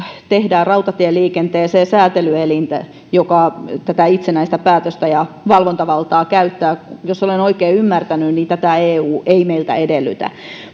tehdään rautatieliikenteeseen säätelyelintä joka tätä itsenäistä päätöstä ja valvontavaltaa käyttää jos olen oikein ymmärtänyt niin tätä eu ei meiltä edellytä